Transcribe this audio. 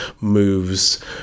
moves